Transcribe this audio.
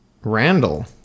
Randall